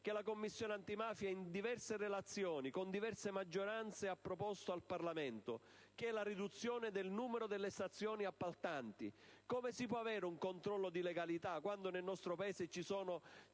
che la Commissione antimafia in diverse relazioni e con diverse maggioranze ha proposto al Parlamento, ossia la riduzione del numero delle stazioni appaltanti. Come si può avere un controllo di legalità quando nel nostro Paese ci sono